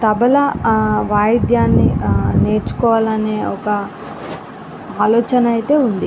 తబల వాయిద్యాన్ని నేర్చుకోవాలి అనే ఒక ఆలోచన అయితే ఉంది